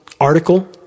article